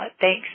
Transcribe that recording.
Thanks